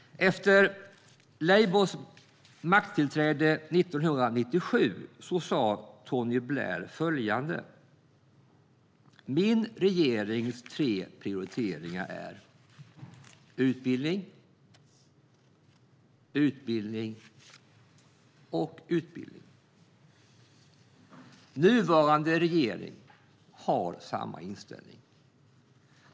Efter Labours makttillträde 1997 sa Tony Blair följande: Min regerings tre prioriteringar är utbildning, utbildning och utbildning. Vår nuvarande regering har samma inställning.